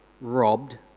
robbed